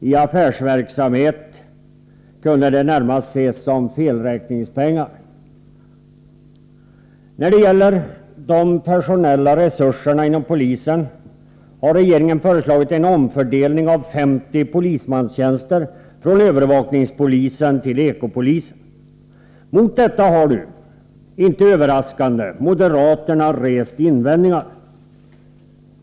I affärsverksamhet kan det närmast ses såsom felräkningspengar. När det gäller de personella resurserna inom polisen har regeringen föreslagit en omfördelning av 50 polismanstjänster från övervakningspolisen till Eko-polisen. Mot detta har, inte överraskande, moderaterna rest invändningar.